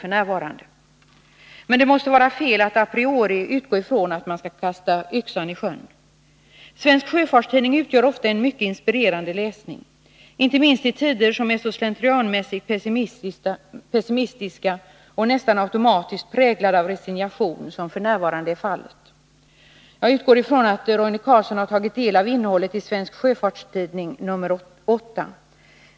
Det måste emellertid vara fel att a priori utgå från att man skall kasta yxan i sjön. Att ta del av Svensk Sjöfarts Tidning innebär ofta en mycket inspirerande läsning. Det gäller inte minst i tider som dessa, som är så slentrianmässigt pessimistiska och nästan automatiskt präglade av resignation. Jag utgår från att Roine Carlsson har tagit del av innehållet i Svensk Sjöfarts Tidning nr 8.